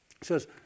says